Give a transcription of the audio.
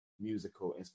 musical